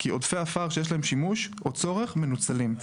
כי עודפי עפר שיש להם שימוש או צורך מנוצלים.